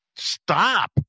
Stop